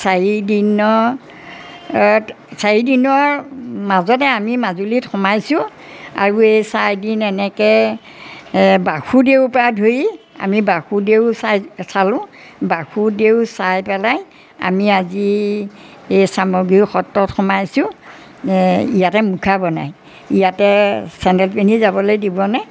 চাৰিদিনৰ চাৰিদিনৰ মাজতে আমি মাজুলীত সোমাইছোঁ আৰু এই চাৰিদিন এনেকৈ বাসুদেউৰপৰা ধৰি আমি বাসুদেউ চাই চালোঁ বাসুদেউ চাই পেলাই আমি আজি এই চামগুৰি সত্ৰত সোমাইছোঁ ইয়াতে মুখা বনায় ইয়াতে চেণ্ডেল পিন্ধি যাবলৈ দিবনে